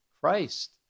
Christ